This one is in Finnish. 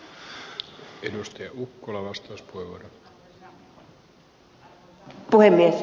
hän on vielä iloisempi